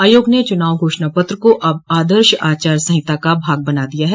आयोग ने चुनाव घोषणा पत्र को अब आदर्श आचार संहिता का भाग बना दिया है